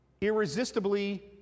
irresistibly